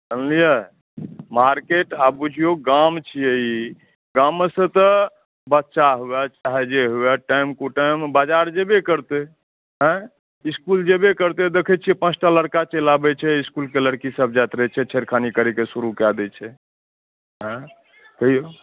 जानलियै मार्केट आ बुझियौ गाम छियै ई गाममेसँ तऽ बच्चा हुए चाहे जे हुए टाइम कुटाइम बाज़ार जेबे करतै आयँ इस्कुल जेबे करतै देख़ैत छियै पाँच टा लड़का चलि आबैत छै इस्कुलके लड़कीसभ जाइत रहैत छै छेड़खानी करयके शुरू कए दैत छै आयँ कहियौ